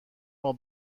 ماه